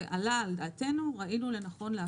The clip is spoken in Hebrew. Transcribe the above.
זה עלה על דעתנו וראינו לנכון להפנות.